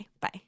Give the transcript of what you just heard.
Bye